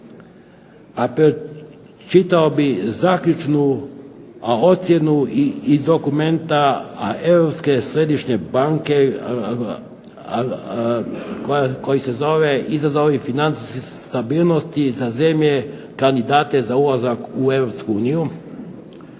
pročitao bih zaključnu ocjenu iz dokumenta Europske središnje banke koji se zove …/Ne razumije se./… financijske stabilnosti za zemlje kandidate za ulazak u